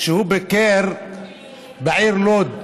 כך שהוא ביקר בעיר לוד,